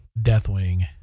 Deathwing